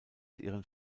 ihren